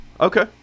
Okay